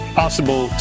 possible